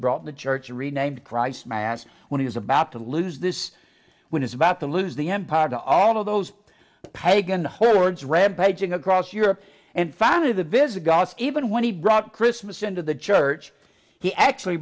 brought the church renamed christ mass when he was about to lose this when is about to lose the empire to all of those pagan hordes rampaging across europe and finally the visigoths even when he brought christmas into the church he actually